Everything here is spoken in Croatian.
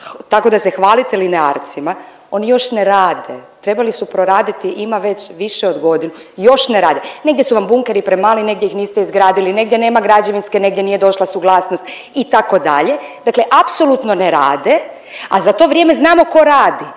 tako da se hvalite linearcima. Oni još ne rade, trebali su proraditi ima već više od godinu, još ne rade. Negdje su vam bunkeri premali, negdje ih niste izgradili, negdje nema građevinske, negdje nije došla suglasnost itd. Dakle apsolutno ne rade, a za to vrijeme znamo tko radi.